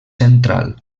central